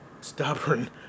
stubborn